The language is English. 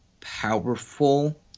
powerful